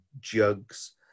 jugs